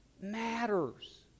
matters